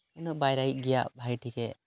ᱩᱱᱟᱹᱜ ᱵᱟᱭ ᱨᱟᱹᱜᱤᱜ ᱜᱮᱭᱟ ᱵᱷᱟᱹᱜᱤ ᱴᱷᱤᱠᱼᱮ